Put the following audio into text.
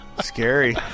scary